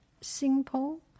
simple